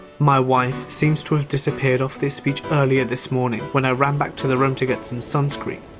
my wife seems to have disappeared off this beach earlier this morning when i ran back to the room to get some sunscreen.